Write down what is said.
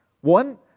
One